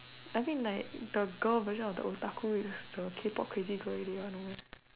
I think like the girl version of the otaku is the K-pop crazy girl already lor no meh